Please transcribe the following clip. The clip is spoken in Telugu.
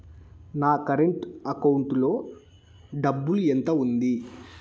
నా కరెంట్ అకౌంటు లో డబ్బులు ఎంత ఉంది?